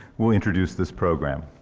will introduce this program.